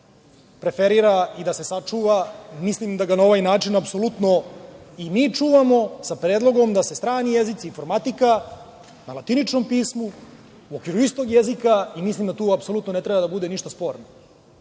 preferira i da se sačuva. Mislim da ga na ovaj način apsolutno i mi čuvamo sa predlogom da se strani jezici, informatika na latiničnom pismo, u okviru istog jezika. Mislim da tu apsolutno ne treba da bude ništa sporno.